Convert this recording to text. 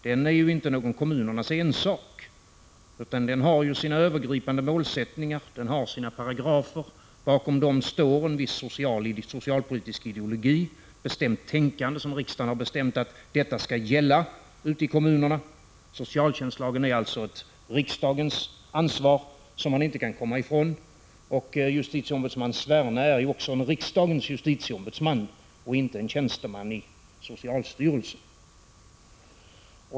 Den är inte någon kommunernas ensak, utan den har sina övergripande målsättningar, sina paragrafer, och bakom dem står en viss socialpolitisk ideologi, ett bestämt tänkande, som riksdagen har bestämt skall gälla ute i kommunerna. Socialtjänstlagen är alltså ett riksdagens ansvar, som man inte kan komma från, och JO Sverne är en riksdagens justitieombudsman och inte en tjänsteman i socialstyrelsen.